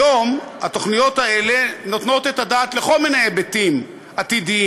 כיום בתוכניות האלה נותנים את הדעת על כל מיני היבטים עתידיים,